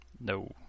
No